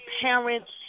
parents